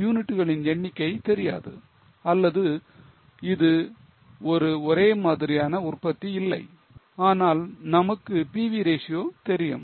யூனிட்டுகளின் எண்ணிக்கை தெரியாது அல்லது இது ஒரு ஒரே மாதிரியான உற்பத்தி இல்லை ஆனால் நமக்கு PV ratio தெரியும்